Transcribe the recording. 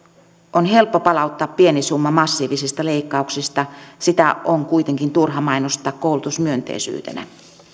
on helppo palauttaa pieni summa massiivisista leikkauksista sitä on kuitenkin turha mainostaa koulutusmyönteisyytenä